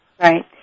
Right